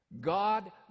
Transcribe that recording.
God